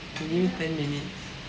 give me ten minutes